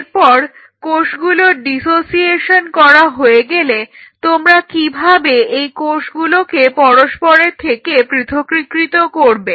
এরপর কোষগুলোর ডিসোসিয়েশন করা হয়ে গেলে তোমরা কিভাবে এই কোষগুলোকে পরস্পরের থেকে পৃথকীকৃত করবে